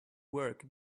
work